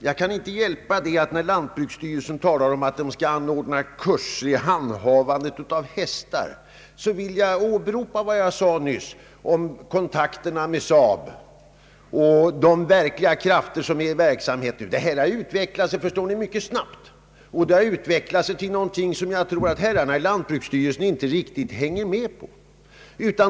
Jag kan inte hjälpa att när lantbruksstyrelsen talar om att anordna kurser i handhavandet av hästar vill jag åberopa vad jag sade nyss om kontakterna med SAAB och de verkliga krafter som är i verksamhet. Detta har utvecklat sig mycket snabbt till någonting som jag tror att herrarna i lantbruksstyrelsen inte riktigt hänger med på.